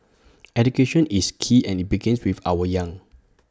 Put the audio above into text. education is key and IT begins with our young